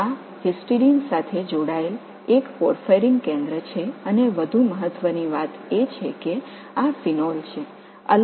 இது ஹிஸ்டிடினுடன் இணைக்கப்பட்ட ஒரு பார்ப்பயரின் மையமாகும் மேலும் முக்கியமாக இங்கே பீனால் உள்ளது